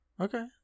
Okay